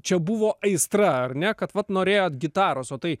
čia buvo aistra ar ne kad vat norėjot gitaros vat taip